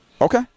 Okay